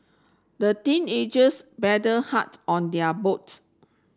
the teenagers paddled hart on their boat